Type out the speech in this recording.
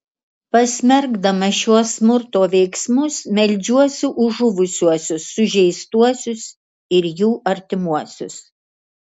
pasmerkdamas šiuos smurto veiksmus meldžiuosi už žuvusiuosius sužeistuosius ir jų artimuosius